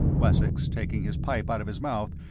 wessex, taking his pipe out of his mouth,